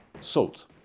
Salt